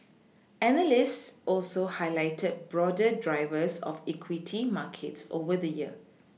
analysts also highlighted broader drivers of equity markets over the year